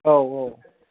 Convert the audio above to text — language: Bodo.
आव आव